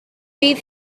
bydd